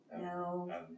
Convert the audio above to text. No